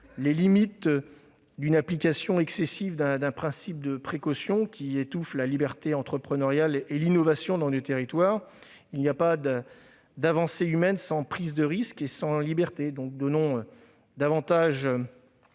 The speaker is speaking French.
guidée par l'application excessive d'un principe de précaution qui étouffe la liberté entrepreneuriale et l'innovation dans les territoires. Il n'y a pas d'avancées humaines sans prise de risque ni liberté. Donnons davantage